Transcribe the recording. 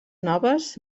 noves